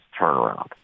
turnaround